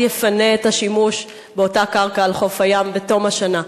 יפנה את השימוש באותה קרקע על חוף הים בתום השנה.